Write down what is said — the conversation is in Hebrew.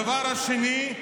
הדבר השני,